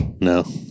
No